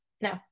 no